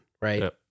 right